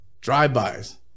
Drive-bys